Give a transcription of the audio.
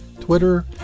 Twitter